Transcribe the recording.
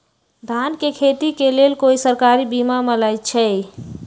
धान के खेती के लेल कोइ सरकारी बीमा मलैछई?